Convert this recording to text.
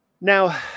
Now